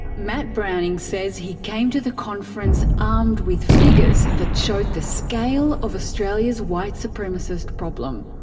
matt browning says he came to the conference armed with figures that showed the scale of australia's white supremacist problem.